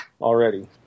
already